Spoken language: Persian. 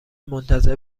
منتظر